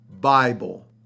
Bible